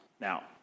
Now